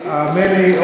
האמן לי,